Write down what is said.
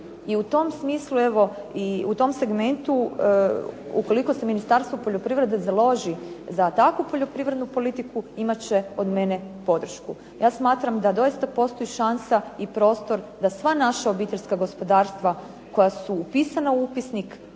I u tom smislu, evo, i u tom segmentu ukoliko se Ministarstvo poljoprivrede založi za takvu poljoprivrednu politiku imat će od mene podršku. Ja smatram da doista postoji šansa i prostor da sva naša obiteljska gospodarstva koja su upisana u upisnik